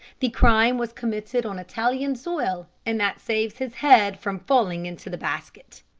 the crime was committed on italian soil and that saves his head from falling into the basket.